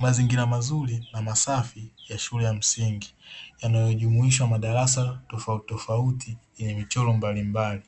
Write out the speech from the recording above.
Mazingira mazuri na masafi ya shule ya msingi yanayojumuishwa madarasa tofauti tofauti yenye michoro mbalimbali,